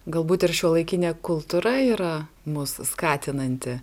galbūt ir šiuolaikinė kultūra yra mus skatinanti